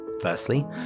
Firstly